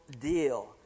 deal